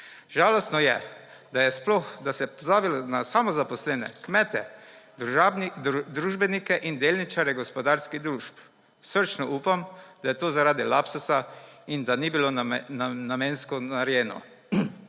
Žalostno je, da se je pozabilo na samozaposlene, kmete, družbenike in delničarje gospodarskih družb. Srčno upam, da je to zaradi lapsusa in da ni bilo namensko narejeno.